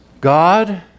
God